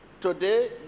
today